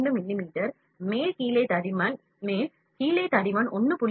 2 மிமீ மேல்கீழே தடிமன் 1